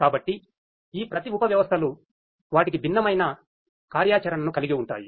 కాబట్టి ఈ ప్రతి ఉపవ్యవస్థలు వాటికి భిన్నమైన కార్యాచరణను కలిగి ఉంటాయి